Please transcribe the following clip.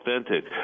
authentic